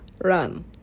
Run